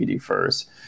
first